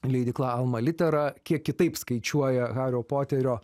leidykla alma litera kiek kitaip skaičiuoja hario poterio